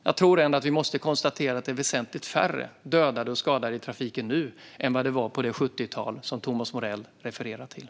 Jag tror ändå att vi kan konstatera att det har blivit väsentligt färre dödade i trafiken nu än vad det var på det 1970-tal som Thomas Morell refererar till.